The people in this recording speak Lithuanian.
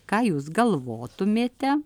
ką jūs galvotumėte